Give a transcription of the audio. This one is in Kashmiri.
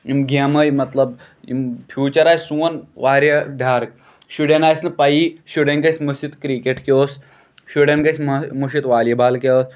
یِم گیمہٕ آیہِ مطلب یِم فوٗچر آسہِ سون واریاہ ڈارٕک شُرین آسہِ نہٕ پایی شُرین گژھِ مٔشد کِرکیٹ کیاہ اوس شُرین گژھِ مٔشد والی بال کیاہ أسۍ